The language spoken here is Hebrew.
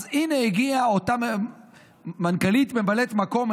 אז הינה הגיעה אותה מנכ"לית ממלאת מקום,